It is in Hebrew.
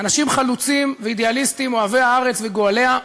אנשים חלוצים ואידיאליסטים, אוהבי הארץ וגואליה,